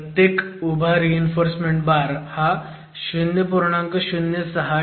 प्रत्येक उभा reinforcement bar हा 0